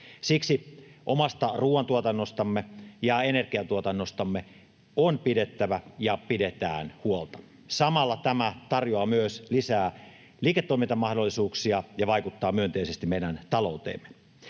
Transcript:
Siksi omasta ruoantuotannostamme ja energiantuotannostamme on pidettävä ja pidetään huolta. Samalla tämä tarjoaa myös lisää liiketoimintamahdollisuuksia ja vaikuttaa myönteisesti meidän talouteemme.